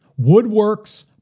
Woodworks